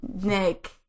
Nick